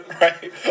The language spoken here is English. Right